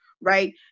right